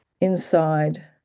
inside